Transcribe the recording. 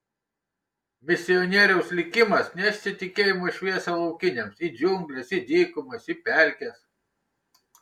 misionieriaus likimas nešti tikėjimo šviesą laukiniams į džiungles į dykumas į pelkes